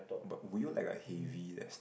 but would you like a heavy